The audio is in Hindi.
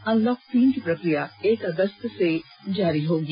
अनलॉक तीन की प्रक्रिया एक अगस्त से जारी होगी